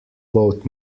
both